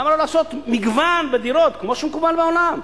למה לא לעשות מגוון דירות, כמו שמקובל בעולם?